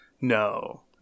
No